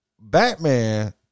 Batman